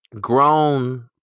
grown